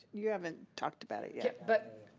you haven't talked about it yet. but